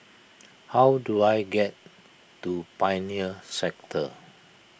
how do I get to Pioneer Sector